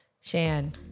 Shan